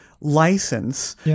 license